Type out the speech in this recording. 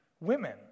Women